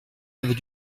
avait